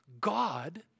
God